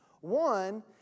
One